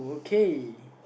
K